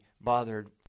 bothered